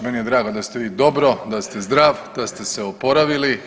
Meni je drago da ste vi dobro, da ste zdrav, da ste se oporavili.